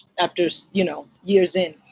after so you know years in.